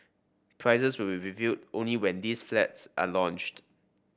prices will be revealed only when these flats are launched